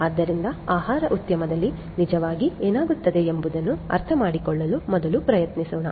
ಆದ್ದರಿಂದ ಆಹಾರ ಉದ್ಯಮದಲ್ಲಿ ನಿಜವಾಗಿ ಏನಾಗುತ್ತದೆ ಎಂಬುದನ್ನು ಅರ್ಥಮಾಡಿಕೊಳ್ಳಲು ಮೊದಲು ಪ್ರಯತ್ನಿಸೋಣ